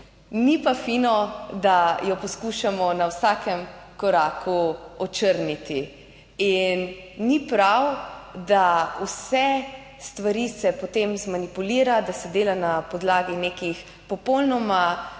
Ni pa fino, da jo poskušamo na vsakem koraku očrniti in ni prav, da vse stvari se potem zmanipulira, da se dela na podlagi nekih popolnoma